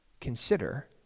consider